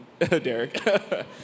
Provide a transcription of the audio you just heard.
Derek